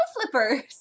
flippers